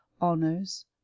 honors